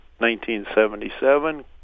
1977